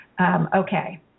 Okay